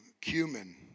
cumin